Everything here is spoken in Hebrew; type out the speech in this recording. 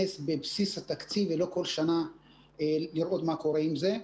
לבסיס התקציב ולא שכל שנה צריך לראות מה קורה עם זה.